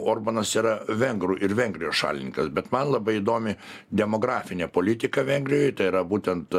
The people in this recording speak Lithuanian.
orbanas yra vengrų ir vengrijos šalininkas bet man labai įdomi demografinė politika vengrijoj tai yra būtent